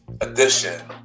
edition